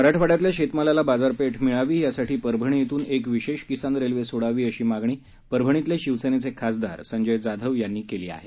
मराठवाड्यातल्या शेतमालाला बाजारपेठ मिळावी यासाठी परभणी श्रून एक विशेष किसान रेल्वे सोडावी अशी मागणी परभणीतले शिवसेनेचे खासदार संजय जाधव यांनी केली आहे